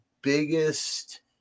biggest